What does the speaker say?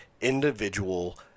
individual